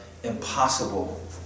Impossible